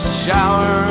shower